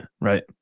right